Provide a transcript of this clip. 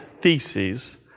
theses